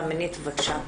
בקשה.